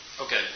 Okay